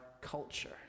culture